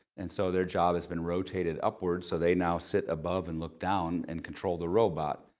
and so their job has been rotated upward, so they now sit above and look down and control the robot,